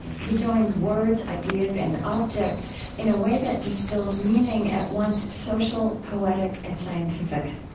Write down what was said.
he joins words, ideas, and objects in a way that distills meaning at once social, poetic, and scientific.